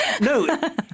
No